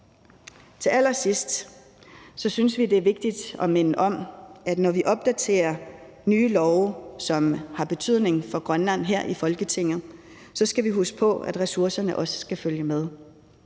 Til allersidst synes vi, det er vigtigt, at når vi opdaterer nye love, som har betydning for Grønland, her i Folketinget, så skal vi huske på, at ressourcerne også skal følge med.